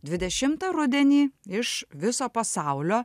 dvidešimtą rudenį iš viso pasaulio